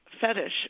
fetish